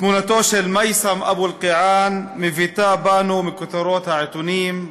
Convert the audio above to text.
תמונתו של מייסם אבו אלקיעאן מביטה בנו מכותרות העיתונים.